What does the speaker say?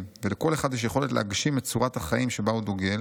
ולכל אחד יש יכולת להגשים את צורת החיים שבה הוא דוגל,